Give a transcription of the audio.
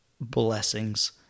blessings